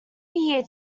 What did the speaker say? year